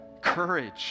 courage